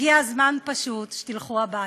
הגיע הזמן פשוט שתלכו הביתה.